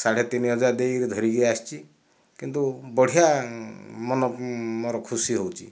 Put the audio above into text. ସାଢ଼େ ତିନି ହଜାର ଦେଇ ଧରିକି ଆସିଛି କିନ୍ତୁ ବଢ଼ିଆ ମନ ମୋର ଖୁସି ହେଉଛି